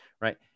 right